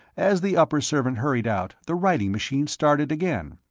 as the upper-servant hurried out, the writing machine started again.